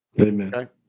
Amen